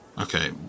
Okay